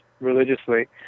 religiously